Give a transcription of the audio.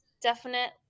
definite